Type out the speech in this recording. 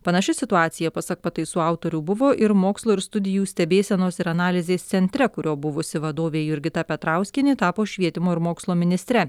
panaši situacija pasak pataisų autorių buvo ir mokslo ir studijų stebėsenos ir analizės centre kurio buvusi vadovė jurgita petrauskienė tapo švietimo ir mokslo ministre